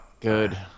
good